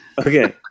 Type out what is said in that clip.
Okay